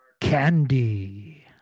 Candy